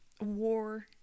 War